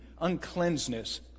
uncleanness